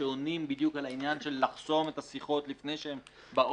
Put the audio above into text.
שעונים בדיוק על העניין של חסימת השיחות לפני שהן באות.